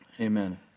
Amen